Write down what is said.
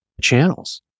channels